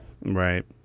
Right